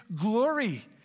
glory